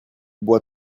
boit